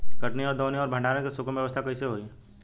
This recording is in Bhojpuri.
कटनी और दौनी और भंडारण के सुगम व्यवस्था कईसे होखे?